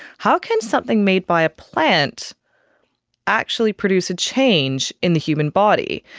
how can something made by a plant actually produce a change in the human body?